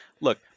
Look